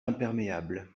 imperméable